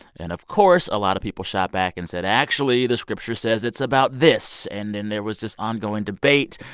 and, of course, a lot of people shot back and said, actually, the scripture says it's about this. and then there was this ongoing debate.